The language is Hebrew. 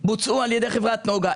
הם בוצעו על ידי חברת נגה.